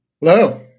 Hello